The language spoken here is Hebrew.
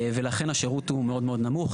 ולכן השירות הוא מאוד מאוד נמוך.